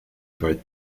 both